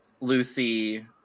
Lucy